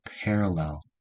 parallel